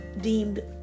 deemed